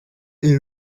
iri